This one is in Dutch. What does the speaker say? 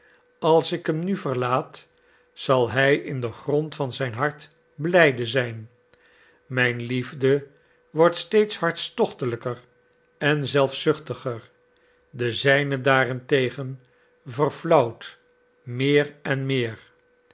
als ik hem nu verlaat zal hij in den grond van zijn hart blijde zijn mijn liefde wordt steeds hartstochtelijker en zelfzuchtiger de zijne daarentegen verflauwt meer en meer